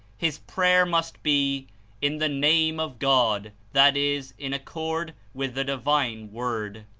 his prayer must be in the name of god, that is in accord with the divine word.